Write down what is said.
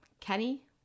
Kenny